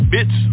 Bitch